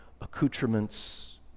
accoutrements